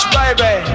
baby